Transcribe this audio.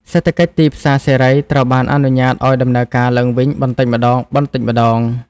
សេដ្ឋកិច្ចទីផ្សារសេរីត្រូវបានអនុញ្ញាតឱ្យដំណើរការឡើងវិញបន្តិចម្តងៗ។